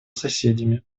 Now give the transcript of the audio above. соседями